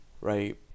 right